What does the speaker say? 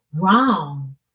wrong